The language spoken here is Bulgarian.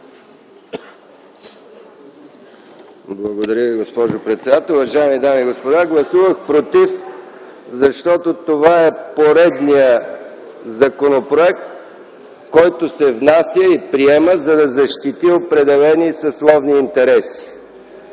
Благодаря Ви, госпожо председател. Уважаеми дами и господа, гласувах против, защото това е поредният законопроект, който се внася и приема, за да защити определени съсловни интереси,